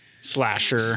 Slasher